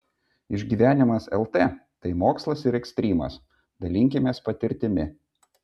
išgyvenimas lt tai mokslas ir ekstrymas dalinkimės patirtimi